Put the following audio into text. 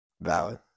Valid